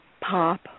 pop